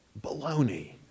baloney